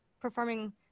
performing